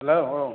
हेल औ